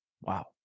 wow